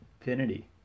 Infinity